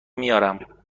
میارم